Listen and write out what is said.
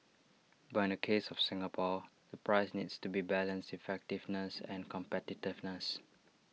but in the case of Singapore the price needs to be balance effectiveness and competitiveness